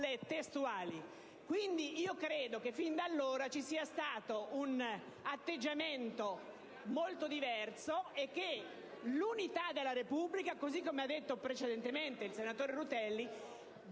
testuali. Quindi io credo che fin da allora ci sia stato un atteggiamento molto diverso, e che l'unità della Repubblica, così come ha già detto il senatore Rutelli,